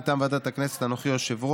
מטעם ועדת הכנסת: אנוכי היושב-ראש,